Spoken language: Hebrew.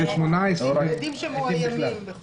על עדים שמאוימים.